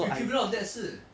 equivalent of that 是